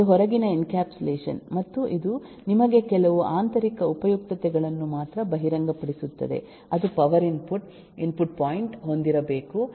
ಅದು ಹೊರಗಿನ ಎನ್ಕ್ಯಾಪ್ಸುಲೇಷನ್ ಮತ್ತು ಇದು ನಿಮಗೆ ಕೆಲವು ಆಂತರಿಕ ಉಪಯುಕ್ತತೆಗಳನ್ನು ಮಾತ್ರ ಬಹಿರಂಗಪಡಿಸುತ್ತದೆ ಅದು ಪವರ್ ಇನ್ಪುಟ್ ಪಾಯಿಂಟ್ ಹೊಂದಿರಬೇಕು